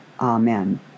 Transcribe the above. Amen